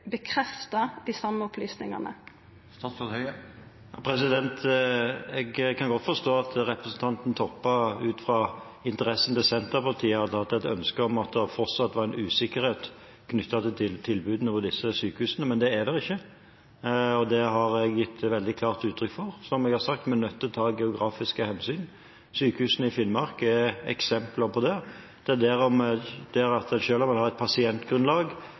bekrefta dei same opplysningane? Jeg kan godt forstå at representanten Toppe ut fra interessen til Senterpartiet hadde hatt et ønske om at det fortsatt var en usikkerhet knyttet til tilbudene ved disse sykehusene, men det er det ikke. Det har jeg gitt veldig klart uttrykk for. Som jeg har sagt, er vi nødt til å ta geografiske hensyn. Sykehusene i Finnmark er eksempler på det. Selv om man har et pasientgrunnlag som er under det som er